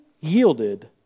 yielded